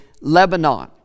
Lebanon